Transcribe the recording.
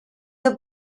der